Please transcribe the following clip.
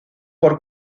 por